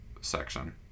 section